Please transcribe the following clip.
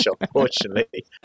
unfortunately